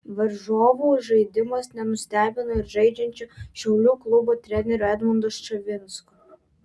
varžovų žaidimas nenustebino ir žaidžiančiojo šiaulių klubo trenerio edmundo ščavinsko